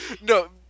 no